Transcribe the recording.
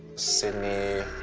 sydney,